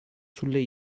sulle